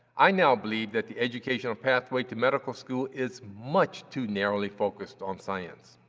i now believe that the educational pathway to medical school is much too narrowly focused on science.